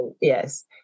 Yes